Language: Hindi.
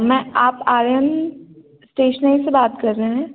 मैं आप आर्यन स्टेसनरी से बात कर रहे हैं